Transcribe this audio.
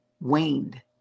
waned